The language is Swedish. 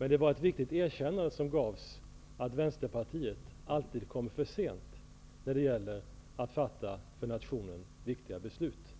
Men det var ett viktigt erkännande som gavs om att Vänsterpartiet alltid kommer för sent när det gäller att fatta för nationen viktiga beslut.